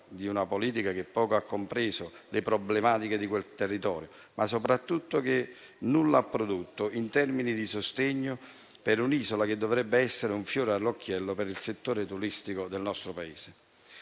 di una politica che poco ha compreso le problematiche di quel territorio, ma soprattutto che nulla ha prodotto in termini di sostegno per un'isola che dovrebbe essere un fiore all'occhiello per il settore turistico del nostro Paese.